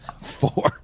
Four